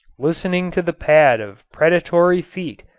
listening to the pad of predatory feet,